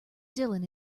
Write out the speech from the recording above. dylan